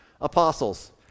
apostles